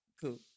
Cool